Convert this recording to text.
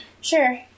Sure